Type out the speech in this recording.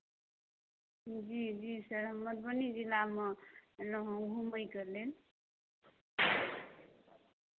जी जी सर हम मधुबनी जिलामे अयलहुँ हेँ घुमयके लेल